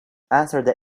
answered